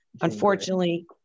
unfortunately